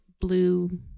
blue